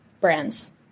brands